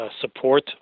support